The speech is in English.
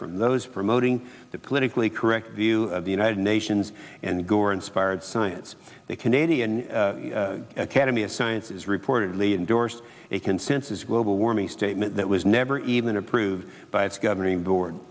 from those promoting the politically correct view of the united nations and gore inspired science the canadian academy of sciences reportedly endorsed a consensus global warming statement that was never even approved by its governing board